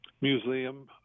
museum